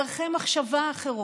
דרכי מחשבה אחרות,